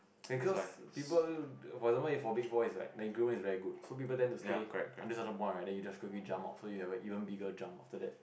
because people for example for big four is right the increment is very good so people tend to stay only certain point right then you just quickly jump out so you have a bigger jump after that